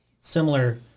similar